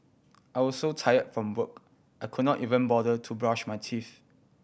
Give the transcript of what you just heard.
I was so tired from work I could not even bother to brush my teeth